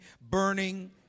Burning